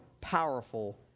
powerful